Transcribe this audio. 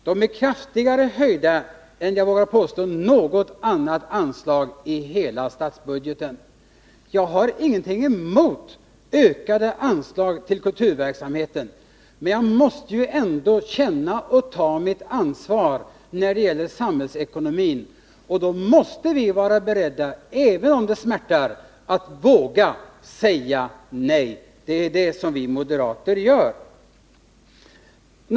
Jag vågar påstå att de har höjts kraftigare än något annat anslag i hela statsbudgeten. Jag har inget emot ökade anslag till kulturverksamheten, men jag måste känna och ta mitt ansvar för samhällsekonomin. Då måste vi, även om det smärtar, våga säga nej. Det är det som vi moderater gör.